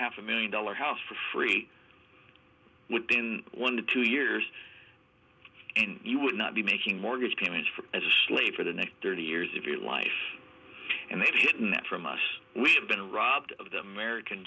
half a million dollar house for free within one to two years and you would not be making mortgage payments for as a slave for the next thirty years of your life and they didn't that from us we have been robbed of them american